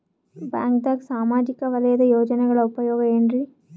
ಬ್ಯಾಂಕ್ದಾಗ ಸಾಮಾಜಿಕ ವಲಯದ ಯೋಜನೆಗಳ ಉಪಯೋಗ ಏನ್ರೀ?